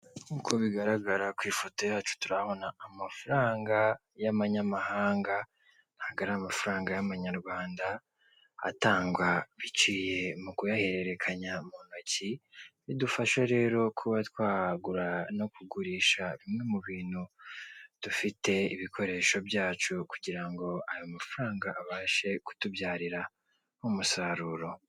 Uko bigaragara ku ifoto yacu turahabona amafaranga y'amanyamahanga ntabwo ari amafaranga y'amanyarwanda atangwa biciye mu kuyahererekanya mu ntoki, bidufasha rero kuba twagura no kugurisha bimwe mu bintu dufite ibikoresho byacu kugira ngo ayo mafaranga abashe kutubyarurira umusaruro.